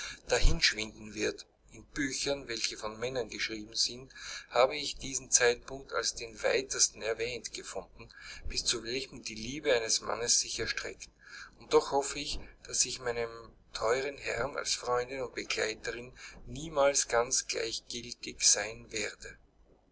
dahinschwinden wird in büchern welche von männern geschrieben sind habe ich diesen zeitpunkt als den weitesten erwähnt gefunden bis zu welchem die liebe eines mannes sich erstreckt und doch hoffe ich daß ich meinem teuren herrn als freundin und begleiterin niemals ganz gleichgiltig sein werde